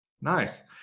Nice